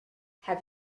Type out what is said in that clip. have